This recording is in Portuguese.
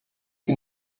que